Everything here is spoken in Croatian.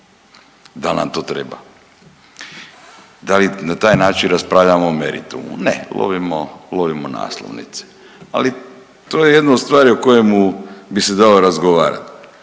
Da li nam to treba? Da li na taj način raspravljamo o meritumu. Ne, lovimo naslovnice. Ali to je jedna stvar o kojemu bi se dalo razgovarati.